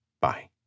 Bye